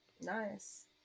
Nice